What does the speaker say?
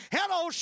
Hello